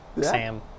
Sam